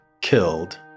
killed